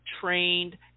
trained